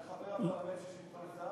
אתה חבר הפרלמנט של שלטון זר?